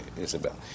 Isabel